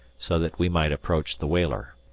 so that we might approach the whaler.